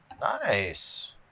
Nice